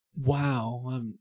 Wow